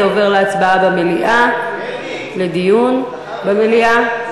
זה עובר להצבעה במליאה, לדיון במליאה.